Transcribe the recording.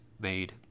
made